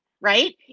right